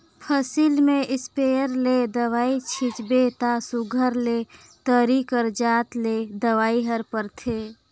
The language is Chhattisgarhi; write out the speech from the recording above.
फसिल में इस्पेयर ले दवई छींचबे ता सुग्घर ले तरी कर जात ले दवई हर परथे